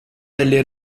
delle